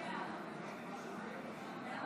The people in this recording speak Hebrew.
בקריאה